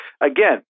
Again